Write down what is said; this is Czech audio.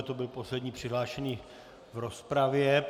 To byl poslední přihlášený v rozpravě.